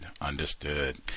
understood